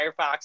Firefox